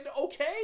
okay